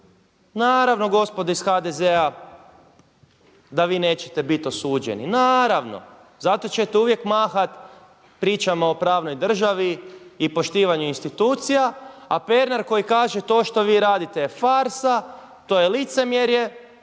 Naravno gospodo iz HDZ-a da vi nećete biti osuđeni, naravno. Zato ćete uvijek mahati pričama o pravnoj državi i poštivanju institucija, a Pernar koji kaže to što vi radite je farsa, to je licemjerje.